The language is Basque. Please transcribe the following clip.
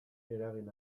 eragin